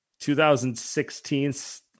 2016